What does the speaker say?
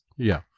yeah,